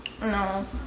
No